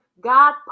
God